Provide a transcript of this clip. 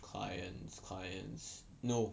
clients clients no